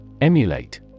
Emulate